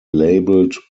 labeled